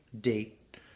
date